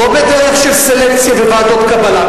לא בדרך של סלקציה וועדות קבלה,